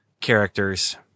characters